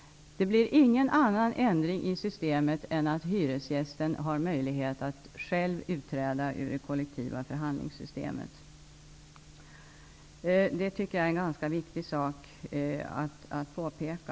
Det blir ingen annan ändring i systemet än att hyresgästen har möjlighet att själv utträda ur det kollektiva förhandlingssystemet. Det är en ganska viktig sak att påpeka.